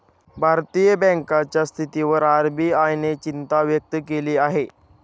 भारतीय बँकांच्या स्थितीवर आर.बी.आय ने चिंता व्यक्त केली आहे